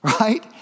right